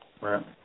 Right